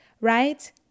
right